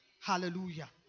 Hallelujah